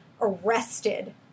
arrested